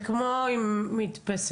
זה כמו עם המדפסת.